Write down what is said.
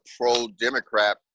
pro-democrat